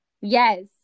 Yes